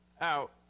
out